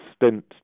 extent